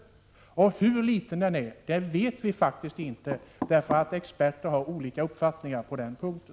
Och hur liten den är vet vi faktiskt inte. Experter har olika uppfattningar på den punkten.